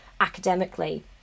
academically